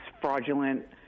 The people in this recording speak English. fraudulent